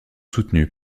soutenus